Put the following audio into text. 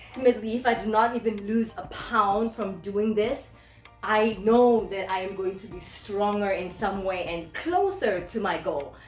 if i do not even lose a pound from doing this i know that i am going to be stronger in some way and closer to my goal.